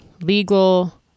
legal